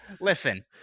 listen